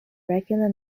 regular